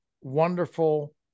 wonderful